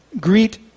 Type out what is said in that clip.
Greet